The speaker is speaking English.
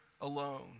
alone